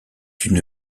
une